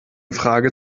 frage